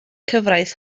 cyfraith